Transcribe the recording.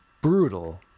brutal